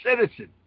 citizen